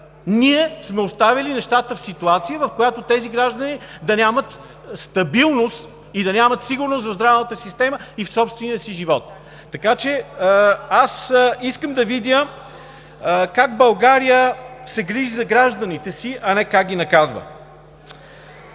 ние сме оставили нещата в ситуация, в която тези граждани да нямат стабилност и да нямат сигурност в здравната система и в собствения си живот. Така че аз искам да видя как България се грижи за гражданите си, а не как ги наказва.